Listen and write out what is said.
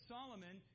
Solomon